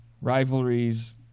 rivalries